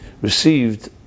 received